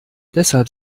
deshalb